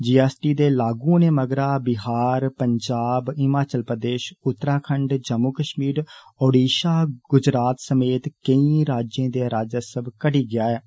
जी S T दे लागू होने मगरा बिहार पंजाब हिमाचल प्रदेष उत्तराखंड जम्मू कष्मीर ओड़िसा गुजरात समेत केई राज्ये दे राजस्व घटी गेआ हा